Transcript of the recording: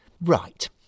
Right